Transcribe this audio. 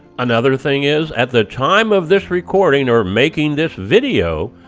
another thing is at the time of this recording or making this video,